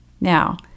Now